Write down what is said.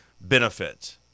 benefit